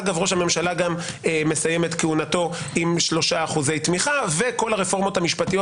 אגב ראש הממשלה גם מסיים את כהונתו עם 3% תמיכה וכל הרפורמות המשפטיות